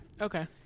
Okay